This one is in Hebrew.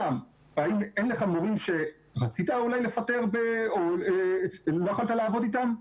האם אין לך מורים שרצית אולי לפטר ולא יכולת לעבוד איתם,